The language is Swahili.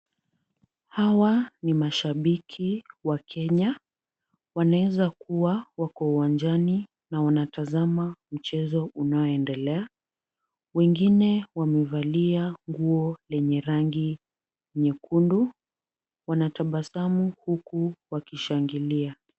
Hawa ni mashabiki wa Kenya wanaeza kuwa wako uwanjani na wanatazama mchezo unaoendelea, wengine wamevalia nguo lenye rangi nyekundu .Wanatabasamu huku wakishangilia.